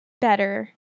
better